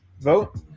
vote